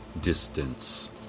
distance